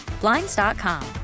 Blinds.com